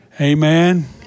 Amen